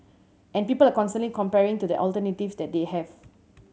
and people are constantly comparing to the alternatives that they have